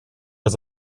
was